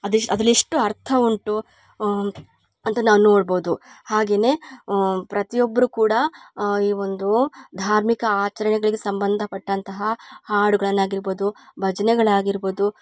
ಅದೆಷ್ಟು ಅದ್ರಲ್ಲಿ ಎಷ್ಟು ಅರ್ಥ ಉಂಟು ಅಂತ ನಾವು ನೋಡ್ಬೋದು ಹಾಗೇ ಪ್ರತಿಯೊಬ್ಬರು ಕೂಡ ಈ ಒಂದು ಧಾರ್ಮಿಕ ಆಚರಣೆಗಳಿಗೆ ಸಂಬಂಧ ಪಟ್ಟಂತಹ ಹಾಡುಗಳನ್ನಾಗಿರ್ಬೋದು ಭಜನೆಗಳಾಗಿರ್ಬೋದು